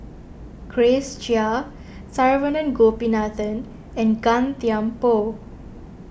Grace Chia Saravanan Gopinathan and Gan Thiam Poh